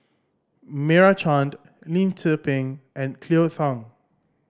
Meira Chand Lim Tze Peng and Cleo Thang